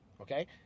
Okay